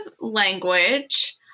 language